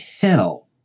hell